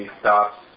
stops